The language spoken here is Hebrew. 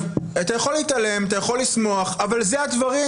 אתה יכול להתעלם, אתה יכול לשמוח, אבל אלה הדברים.